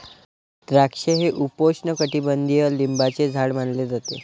द्राक्षे हे उपोष्णकटिबंधीय लिंबाचे झाड मानले जाते